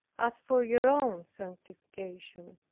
as for your own sanctification.